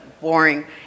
boring